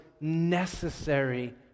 necessary